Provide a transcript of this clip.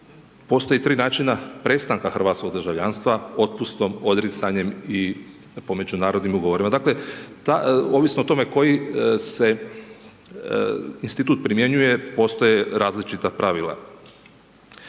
Postoje 3 načina prestanka hrvatskog državljanstva, otpusnom odricanjem i po međunarodnim ugovorima. Ovisno o tome koji se institut primjenjuje postoje različita pravila.